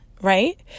Right